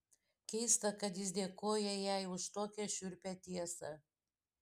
keista kad jis dėkoja jai už tokią šiurpią tiesą